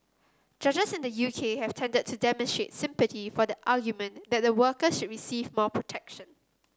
judges in the U K have tended to demonstrate sympathy for the argument that the workers should receive more protection